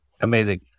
Amazing